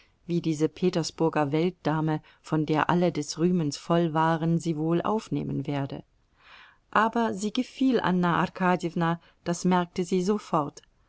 wie diese petersburger weltdame von der alle des rühmens voll waren sie wohl aufnehmen werde aber sie gefiel anna arkadjewna das merkte sie sofort